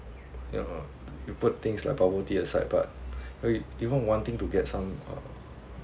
ya lor you put things like bubble tea a side but eh even wanting to get some uh